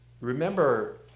remember